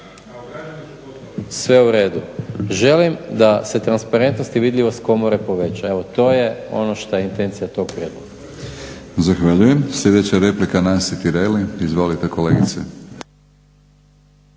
Sve u redu. Želim da se transparentnost i vidljivost Komore poveća. Evo, to je ono što je intencija tog prijedloga. **Batinić, Milorad (HNS)** Zahvaljujem. Sljedeća replika Nansi Tireli. Izvolite kolegice.